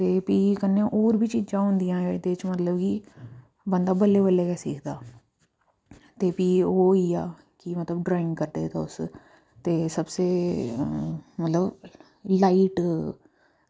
ते फ्ही कन्नै होर बी चीजां होंदियां एह्दे च मतलव कि बंदा बल्लें बल्लें गै सिक्खदा ते फ्ही ओह् होई गेआ कि मतलव ड्राइंग करदे तुस ते सबसे मतलब लाईट